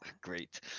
great